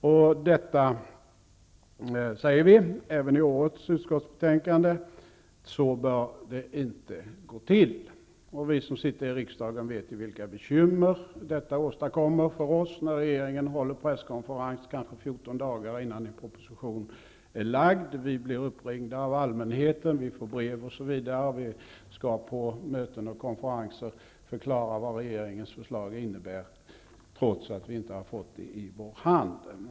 Så bör det inte gå till, det säger vi även i årets betänkande. Vi som sitter i riksdagen vet vilka bekymmer det åstadkommer för oss när regeringen håller presskonferens kanske 14 dagar innan en proposition är framlagd. Vi blir uppringda av allmänheten, får brev osv. Vi skall på möten och konferenser förklara vad regeringens förslag innebär, trots att vi inte fått det i våra händer.